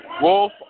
Wolf